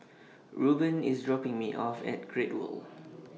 Rueben IS dropping Me off At Great World